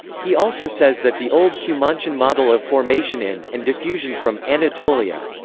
he also says that the old cumontian model of formation in, and diffusion from, anatolia.